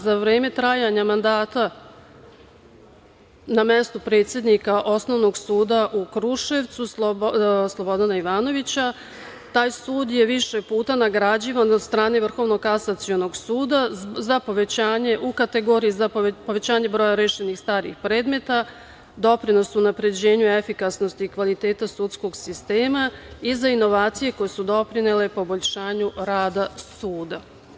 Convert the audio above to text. Za vreme trajanja mandata na mesto predsednika Osnovnog suda u Kruševcu Slobodana Ivanović, taj sud je više puta nagrađivan od strane Vrhovnog kasacionog suda u kategoriji za povećanje broja rešenih starijih predmeta, doprinosu unapređenju efikasnosti i kvaliteta sudskog sistema i za inovacije koje su doprinele poboljšanju rada suda.